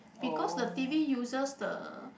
because the T_V uses the